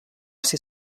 ser